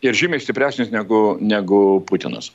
ir žymiai stipresnis negu negu putinas